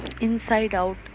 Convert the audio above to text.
inside-out